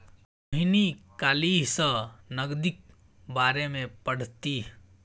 रोहिणी काल्हि सँ नगदीक बारेमे पढ़तीह